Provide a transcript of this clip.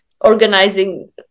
organizing